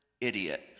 idiot